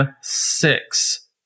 six